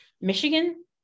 Michigan